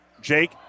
Jake